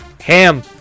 Ham